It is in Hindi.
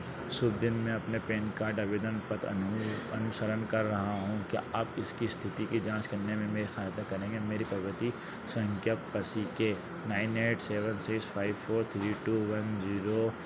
शुभ दिन मैं अपने पैन कार्ड आवेदन पर अनुसरण कर रहा हूँ क्या आप इसकी स्थिति की जाँच करने में मेरी सहायता करेंगे मेरी पावती संख्या A C K nine eight seven six five four three two one zero